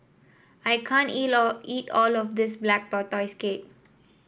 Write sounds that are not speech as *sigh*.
I can't eat *unintelligible* eat all of this Black Tortoise Cake